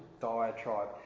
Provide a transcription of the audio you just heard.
diatribe